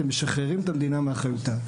אתם משחררים את המדינה מאחריותה.